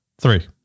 three